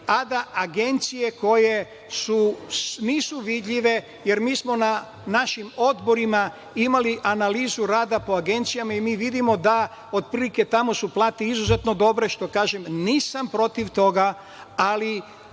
a da agencije koje nisu vidljive, jer mi smo na našim odborima imali analizu rada po agencijama i vidimo da otprilike su tamo plate dobro, kažem da nisam protiv toga, ali